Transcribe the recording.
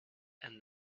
and